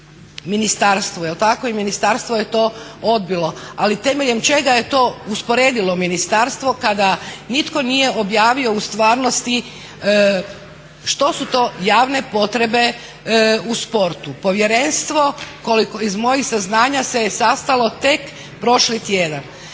ministarstvu. Jel' tako? I ministarstvo je to odbilo. Ali temeljem čega je to usporedilo ministarstvo kada nitko nije objavio u stvarnosti što su to javne potrebe u sportu. Povjerenstvo koliko iz mojih saznanja se je sastalo tek prošli tjedan.